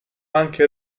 anche